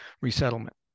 resettlement